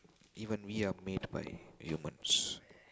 even we are made by humans